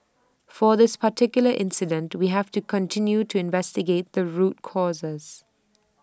for this particular incident we have to continue to investigate the root causes